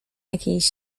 jakiejś